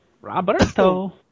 Roberto